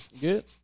good